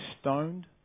stoned